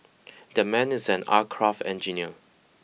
that man is an aircraft engineer